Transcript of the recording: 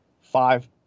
Five